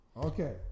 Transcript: Okay